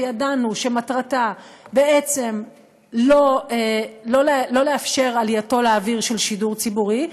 וידענו שמטרתה בעצם לא לאפשר את עלייתו לאוויר של שידור ציבורי,